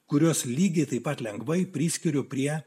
kurios lygiai taip pat lengvai priskiriu prie